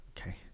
Okay